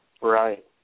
Right